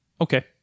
okay